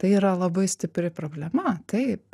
tai yra labai stipri problema taip